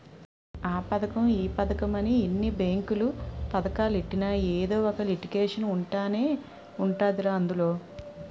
ఆ పదకం ఈ పదకమని ఎన్ని బేంకు పదకాలెట్టినా ఎదో ఒక లిటికేషన్ ఉంటనే ఉంటదిరా అందులో